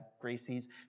Gracie's